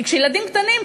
כי ילדים קטנים,